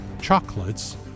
chocolates